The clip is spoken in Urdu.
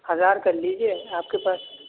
ہزار کر لیجیے آپ کے پاس